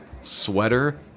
sweater